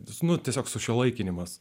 dysnų tiesiog sušiuolaikinimas